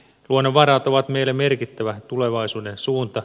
luonnonvarat ovat meille merkittävä tulevaisuuden suunta